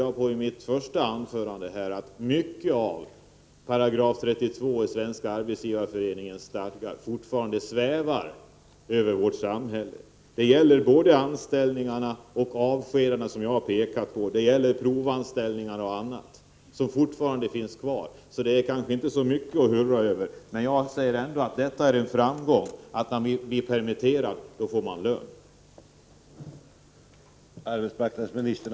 Jag framhöll i mitt första anförande att mycket av §32 i Svenska arbetsgivareföreningens stadgar fortfarande svävar över vårt samhälle. Det gäller både anställningarna och avskedandena som jag har pekat på, det gäller provanställningarna och annat som fortfarande finns kvar. Det hela är kanske inte så mycket att hurra över. Men jag säger ändå att det är en framgång, att då man blir permitterad, så får man lön.